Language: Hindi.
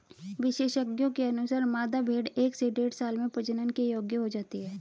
विशेषज्ञों के अनुसार, मादा भेंड़ एक से डेढ़ साल में प्रजनन के योग्य हो जाती है